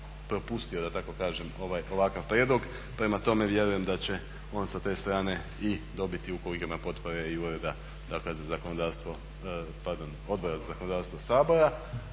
tako kažem ovakav prijedlog. Prema tome, vjerujem da će on sa te strane i dobiti potpore i Ureda dakle za zakonodavstvo, pardon